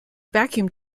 vacuum